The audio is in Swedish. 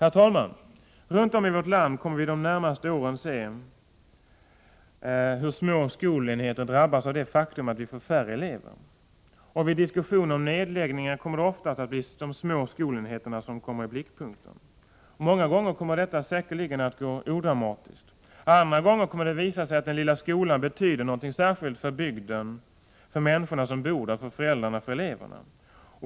Runt om i vårt land, herr talman, kommer vi de närmaste åren att se hur små skolenheter drabbas av det faktum att vi får färre elever. Vid diskussion om nedläggningar blir det oftast de små skolenheterna som kommer i blickpunkten. Många gånger kommer detta säkerligen att gå odramatiskt till. Andra gånger kommer det att visa sig att den lilla skolan betyder någonting särskilt för bygden, för människorna som bor där, för föräldrarna och för eleverna.